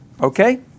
Okay